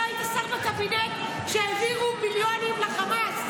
אתה היית שר בקבינט כשהעבירו מיליונים לחמאס.